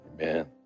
Amen